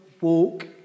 walk